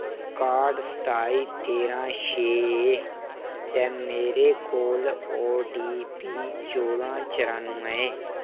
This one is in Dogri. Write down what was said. काह्ट सताई तेरां छे ऐ ते मेरे कोल ओटीपी चौदां चरानुऐ ऐ